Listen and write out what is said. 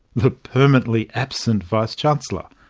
the permanently absent vice-chancellor,